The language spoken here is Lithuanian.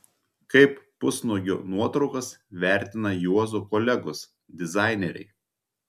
kaip pusnuogio nuotraukas vertina juozo kolegos dizaineriai